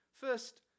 First